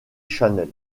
channel